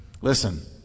Listen